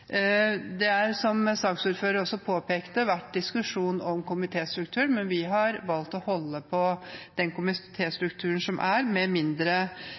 Det har, som saksordføreren også påpekte, vært diskusjon om komitéstrukturen, men vi har valgt å holde på den komitéstrukturen som er, med mindre